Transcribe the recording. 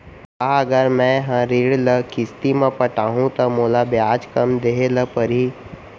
का अगर मैं हा ऋण ल किस्ती म पटाहूँ त मोला ब्याज कम देहे ल परही?